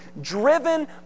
driven